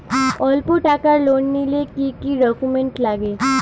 অল্প টাকার লোন নিলে কি কি ডকুমেন্ট লাগে?